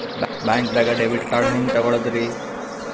ಬ್ಯಾಂಕ್ದಾಗ debit card ಹೆಂಗ್ ತಗೊಳದ್ರಿ?